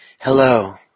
Hello